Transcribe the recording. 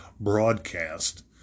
broadcast